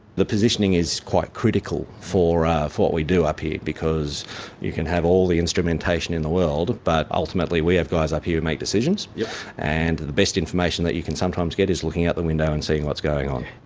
the positioning is quite critical for ah for what we do up here because you can have all the instrumentation in the world but ultimately we have guys up here who make decisions yeah and the best information that you can sometimes get is looking out the window and seeing what's going on.